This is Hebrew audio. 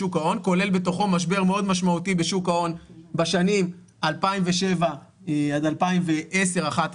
כולל משבר מאוד משמעותי בשוק ההון בשנים 2007 עד 2010-11,